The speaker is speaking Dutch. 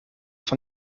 van